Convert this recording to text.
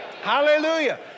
hallelujah